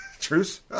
Truce